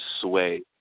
sway